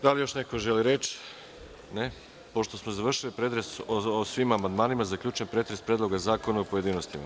Da li još neko želi reč? (Ne.) Pošto smo završili pretres o svim amandmanima zaključujem pretres Predloga zakona u pojedinostima.